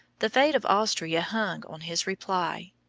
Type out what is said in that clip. the fate of austria hung on his reply.